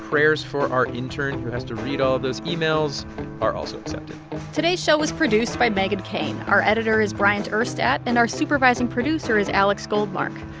prayers for our intern who has to read all of those emails are also accepted today's show was produced by meghan keane. our editor is bryant urstadt, and our supervising producer is alex goldmark.